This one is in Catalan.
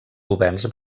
governs